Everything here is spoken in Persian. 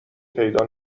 پیدا